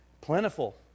plentiful